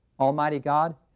almighty god,